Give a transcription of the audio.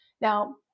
Now